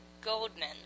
Goldman